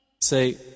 Say